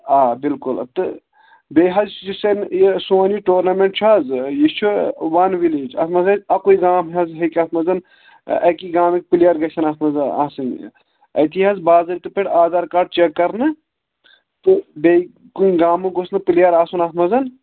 آ بِلکُل تہٕ بیٚیہِ حظ یُس اَمہِ یہِ سون یہِ ٹورنامٮ۪نٛٹ چھُ حظ یہِ چھُ وَن وِلیج اَتھ منٛز حظ اَکُے گام حظ ہیٚکہِ اَتھ منٛز اَکی گامٕکۍ پٕلیر گژھن اَتھ منٛزٕ آسٕنۍ أتی حظ باضٲبطہٕ پٲٹھۍ آدھار کاڈ چَک کَرنہٕ تہٕ بیٚیہِ کُنہِ گامُک گوٚژھ نہٕ پٕلیر آسُن اَتھ منٛز